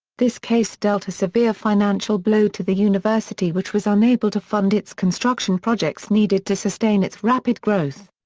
this case dealt a severe financial blow to the university which was unable to fund its construction projects needed to sustain its rapid growth.